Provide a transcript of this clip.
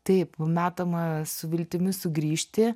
taip metama su viltimi sugrįžti